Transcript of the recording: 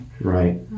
Right